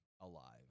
alive